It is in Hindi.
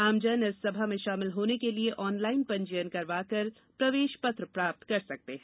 आमजन इस सभा में शामिल होने के लिए ऑनलाईन पंजीयन करवाकर प्रवेश पत्र प्राप्त कर सकते हैं